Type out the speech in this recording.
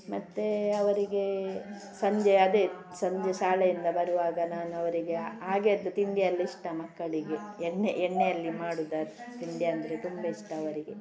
ಮತ್ತೆ ಅವರಿಗೆ ಸಂಜೆ ಅದೇ ಸಂಜೆ ಶಾಲೆಯಿಂದ ಬರುವಾಗ ನಾನು ಅವರಿಗೆ ಹಾಗೆಯದ್ದು ತಿಂಡಿ ಎಲ್ಲ ಇಷ್ಟ ಮಕ್ಕಳಿಗೆ ಎಣ್ಣೆ ಎಣ್ಣೆಯಲ್ಲಿ ಮಾಡೋದು ತಿಂಡಿ ಅಂದರೆ ತುಂಬ ಇಷ್ಟ ಅವರಿಗೆ